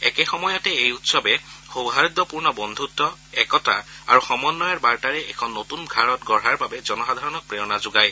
একে সময়তে এই উৎসৱে সৌহাৰ্দপূৰ্ণ বদ্ধত্ একতা আৰু সমন্বয়ৰ বাৰ্তাৰে এখন নতুন ভাৰত গঢ়াৰ বাবে জনসাধাৰণক প্ৰেৰণা যোগায়